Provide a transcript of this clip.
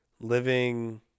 living